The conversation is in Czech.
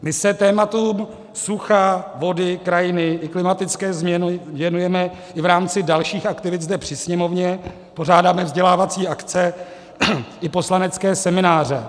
My se tématům sucha, vody, krajiny i klimatické změny věnujeme i v rámci dalších aktivit zde při Sněmovně, pořádáme vzdělávací akce i poslanecké semináře.